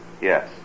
Yes